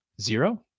zero